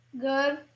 Good